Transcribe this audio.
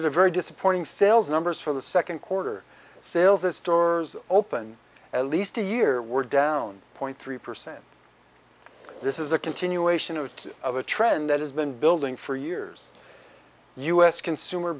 reported a very disappointing sales numbers for the second quarter sales at stores open at least a year we're down point three percent this is a continuation of of a trend that has been building for years u s consumer